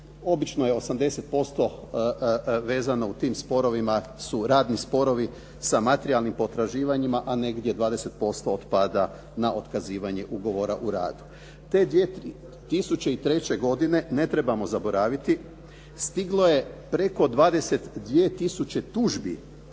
Obično je 80% vezano u tim sporovima su radni sporovi sa materijalnim potraživanjima, a negdje 20% otpada na otkazivanje ugovora o radu. Te 2003. godine ne trebamo zaboraviti, stiglo je preko 22 tisuće tužbi